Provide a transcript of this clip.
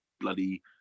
bloody